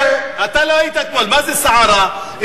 מה זה סערה.